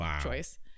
choice